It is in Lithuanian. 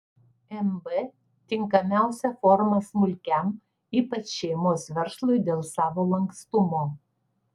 mb tinkamiausia forma smulkiam ypač šeimos verslui dėl savo lankstumo